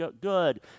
good